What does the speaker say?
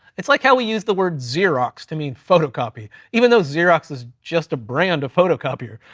it's like how we use the word xerox to mean photocopy, even though xerox is just a brand of photocopier.